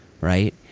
right